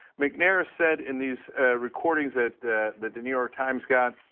mcnair said in these recordings that that the new york times got,